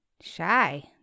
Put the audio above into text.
Shy